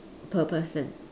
per person